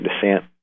descent